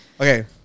Okay